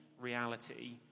reality